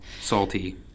salty